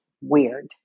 weird